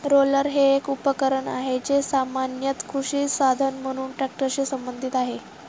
roller हे एक उपकरण आहे, जे सामान्यत कृषी साधन म्हणून ट्रॅक्टरशी संबंधित आहे